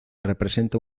representa